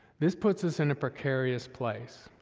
this puts us in a precarious place,